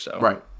Right